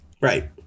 Right